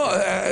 לא,